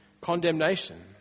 condemnation